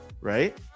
Right